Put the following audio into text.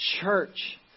church